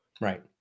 Right